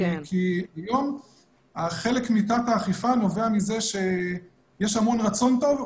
כי היום חלק מתת האכיפה נובע מזה שיש המון רצון טוב,